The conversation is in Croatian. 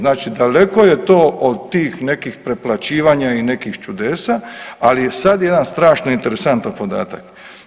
Znači daleko je to od tih nekih preplaćivanja i nekih čudesa, ali je sad jedan strašno interesantan podatak.